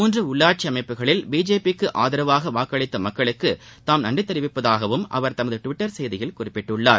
மூன்று உள்ளாட்சி அமைப்புகளில் பிஜேபி க்கு ஆதரவாக வாக்களித்த மக்களுக்கு தாம் நன்றி தெிவிப்பதாகவும் அவர் தமது டுவிட்டர் செய்தியில் குறிப்பிட்டுள்ளார்